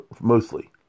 mostly